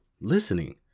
Listening